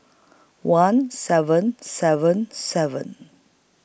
one seven seven seven